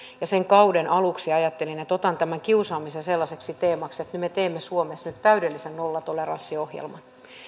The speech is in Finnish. ja sen kauden aluksi ajattelin että otan tämän kiusaamisen sellaiseksi teemaksi että me me teemme suomessa nyt täydellisen nollatoleranssiohjelman